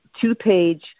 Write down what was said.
two-page